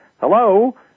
Hello